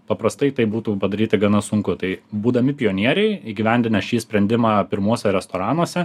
paprastai tai būtų padaryti gana sunku tai būdami pionieriai įgyvendinę šį sprendimą pirmuose restoranuose